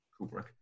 Kubrick